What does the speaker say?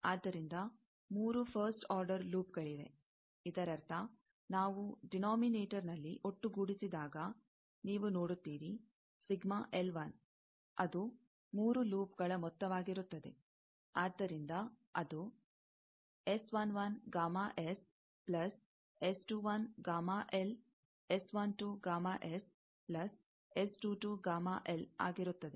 ಆದ್ದರಿಂದ 3 first order loop ಗಳಿವೆ ಇದರರ್ಥ ನಾವು ಡಿನೋಮಿನೆಟರ್ನಲ್ಲಿ ಒಟ್ಟುಗೂಡಿಸಿದಾಗ ನೀವು ನೋಡುತ್ತೀರಿ ಅದು 3 ಲೂಪ್ಗಳ ಮೊತ್ತವಾಗಿರುತ್ತದೆ ಆದ್ದರಿಂದ ಅದು ಆಗಿರುತ್ತದೆ